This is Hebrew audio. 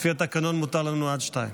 לפי התקנון מותר לנו עד שתיים.